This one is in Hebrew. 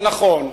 נכון.